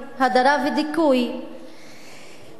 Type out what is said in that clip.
הדרה ודיכוי שמאפשרים,